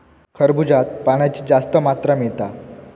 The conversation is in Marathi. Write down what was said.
खरबूज्यात पाण्याची जास्त मात्रा मिळता